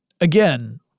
Again